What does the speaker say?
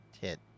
hit